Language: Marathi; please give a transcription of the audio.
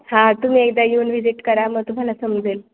हां तुम्ही एकदा येऊन व्हिजिट करा मग तुम्हाला समजेल